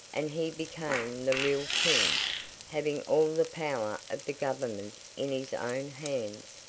and he became the real king having all the power of the government in his own hands,